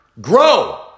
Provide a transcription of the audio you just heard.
Grow